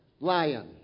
lion